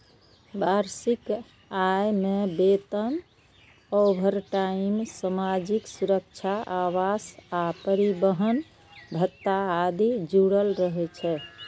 वार्षिक आय मे वेतन, ओवरटाइम, सामाजिक सुरक्षा, आवास आ परिवहन भत्ता आदि जुड़ल रहै छै